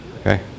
Okay